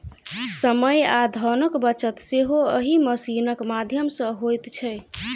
समय आ धनक बचत सेहो एहि मशीनक माध्यम सॅ होइत छै